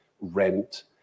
rent